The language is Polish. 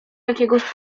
jakiegoś